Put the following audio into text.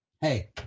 hey